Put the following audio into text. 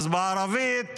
בערבית,